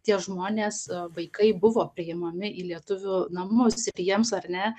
tie žmonės vaikai buvo priimami į lietuvių namus ir jiems ar ne